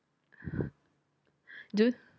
do you